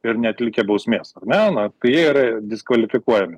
ir neatlikę bausmės ar ne na tai jie yra diskvalifikuojami